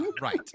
right